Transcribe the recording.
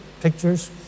pictures